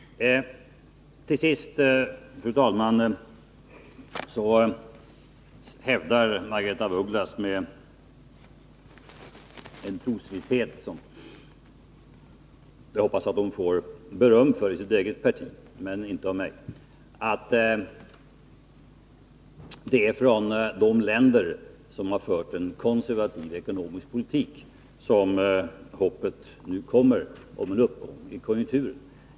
Till sist, fru talman, hävdar Margaretha af Ugglas med en trosvisshet som jag hoppas att hon får beröm för i sitt eget parti — men hon får det inte av mig — att det är från de länder som har fört en konservativ ekonomisk politik som hoppet om en uppgång i konjunkturen nu kommer.